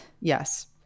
Yes